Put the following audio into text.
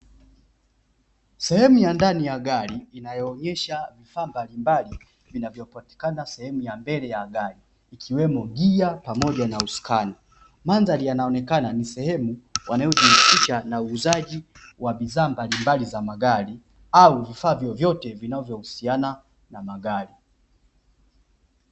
Sehemu ya ndani ya gari inayoonyesha vifaa mbalimbali vinavyopatikana sehemu ya mbele ya gari, ikiwemo gia pamoja na usukani. Mandari yanaonekana ni sehemu wanayojihusisha na uuzaji wa bidhaa mbalimbali za magari au vifaa vyovyote vinavyohusiana na magari.